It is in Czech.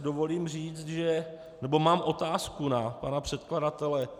Dovolím si říct, nebo mám otázku na pana předkladatele.